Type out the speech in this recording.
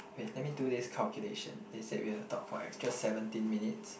wait let me do this calculation they say we will talk for extra seventeen minutes